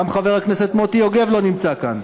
גם חבר הכנסת מוטי יוגב לא נמצא כאן,